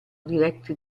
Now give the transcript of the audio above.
diretti